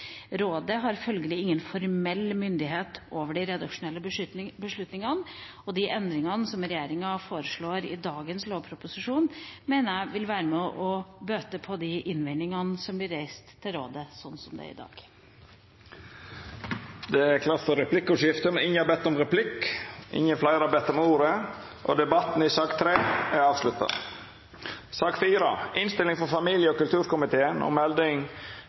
Rådet har følgelig ingen formell myndighet over de redaksjonelle beslutningene, og de endringene som regjeringa foreslår i dagens lovproposisjon, mener jeg vil være med og bøte på de innvendingene som blir reist til rådet sånn som det er i dag. Fleire har ikkje bedt om ordet til sak nr. 3. Etter ynske frå familie- og kulturkomiteen vil presidenten føreslå at taletida vert avgrensa til 5 minutt til kvar partigruppe og